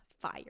fire